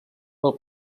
pel